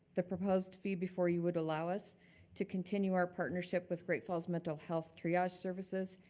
the proposed fee before you would allow us to continue our partnership with great falls mental health triage services,